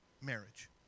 marriage